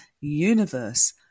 universe